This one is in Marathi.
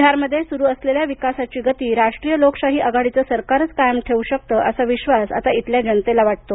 बिहारमध्ये सुरू असलेल्या विकासकामांची गती राष्ट्रीय लोकशाही आघाडीचे सरकारच कायम ठेवू शकते असा विश्वास आता इथल्या जनतेला वाटतो